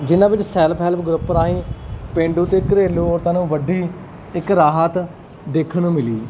ਜਿਹਨਾਂ ਵਿੱਚ self help group ਰਾਹੀਂ ਪੇਂਡੂ ਅਤੇ ਘਰੇਲੂ ਔਰਤਾਂ ਨੂੰ ਵੱਡੀ ਇੱਕ ਰਾਹਤ ਦੇਖਣ ਨੂੰ ਮਿਲੀ